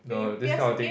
no this kind of thing